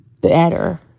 better